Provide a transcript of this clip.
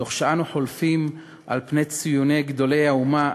תוך שאנו חולפים על-פני ציוני גדולי האומה,